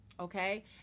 okay